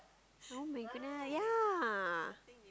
[oh]-my-goodness ya